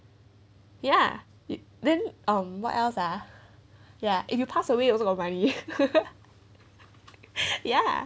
ya it then um what else ah ya if you pass away also got money ya